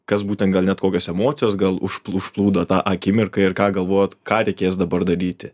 kas būtent gal net kokios emocijos gal užpl užplūdo tą akimirką ir ką galvojot ką reikės dabar daryti